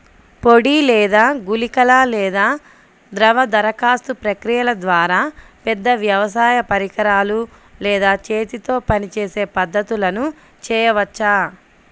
పొడి లేదా గుళికల లేదా ద్రవ దరఖాస్తు ప్రక్రియల ద్వారా, పెద్ద వ్యవసాయ పరికరాలు లేదా చేతితో పనిచేసే పద్ధతులను చేయవచ్చా?